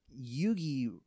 Yugi